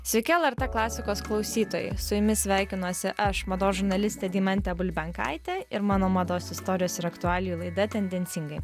sveiki lrt klasikos klausytojai su jumis sveikinuosi aš mados žurnalistė deimantė bulbenkaitė ir mano mados istorijos ir aktualijų laida tendencingai